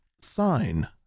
sign